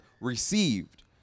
received